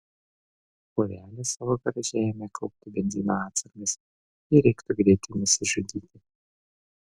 porelė savo garaže ėmė kaupti benzino atsargas jei reiktų greitai nusižudyti